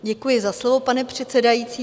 Děkuji za slovo, paní předsedající.